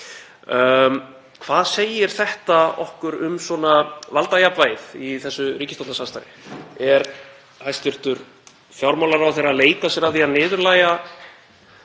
Hvað segir þetta okkur um valdajafnvægið í þessu ríkisstjórnarsamstarfi? Er hæstv. fjármálaráðherra að leika sér að því að niðurlægja